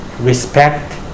respect